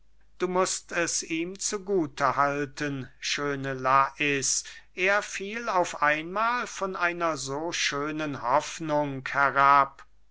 du mußt es ihm zu gute halten schöne lais er fiel auf einmahl von einer so schönen hoffnung herab